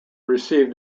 receive